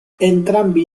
entrambi